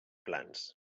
plans